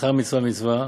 ששכר מצווה, מצווה,